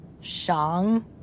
Shang